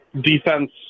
defense